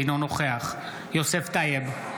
אינו נוכח יוסף טייב,